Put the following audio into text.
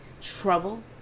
trouble